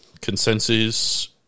consensus